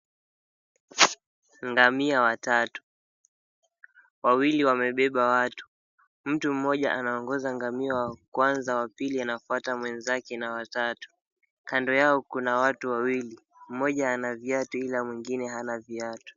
Ngamia watatu, wawili wamebeba watu. Mtu mmoja anaongoza ngamia wa kwanza, wa pili anafuata mwenzake na watatu. Kando yao kuna watu wawili, mmoja ana viatu ila mwingine hana viatu.